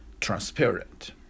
transparent